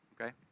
okay